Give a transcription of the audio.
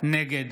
נגד